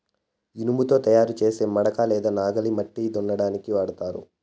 ఇనుముతో తయారు చేసే మడక లేదా నాగలిని మట్టిని దున్నటానికి వాడతారు